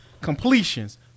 Completions